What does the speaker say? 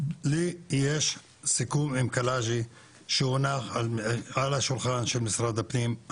לי יש סיכום עם קלעג'י שהונח על השולחן של משרד הפנים.